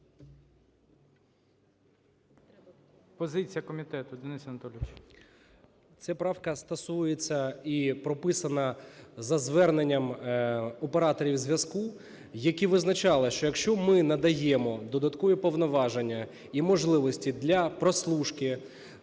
Позиція комітету, Денис Анатолійович.